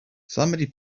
somebody